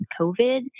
COVID